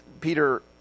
Peter